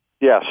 Yes